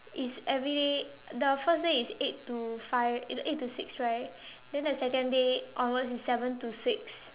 it's everyday the first day is eight to five eight eight to six right then the second day onwards is seven to six